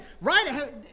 right